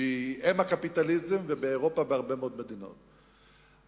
שהיא אם הקפיטליזם, ובהרבה מדינות באירופה.